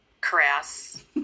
crass